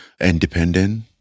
independent